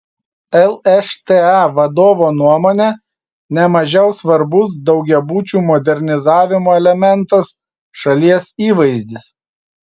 lšta vadovo nuomone ne mažiau svarbus daugiabučių modernizavimo elementas šalies įvaizdis